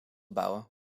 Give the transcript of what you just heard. bouwen